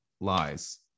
lies